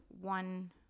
one